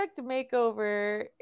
Makeover